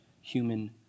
human